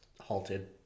halted